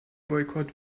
boykott